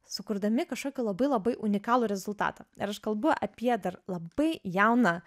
sukurdami kažkokį labai labai unikalų rezultatą ir aš kalbu apie dar labai jauną